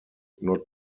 not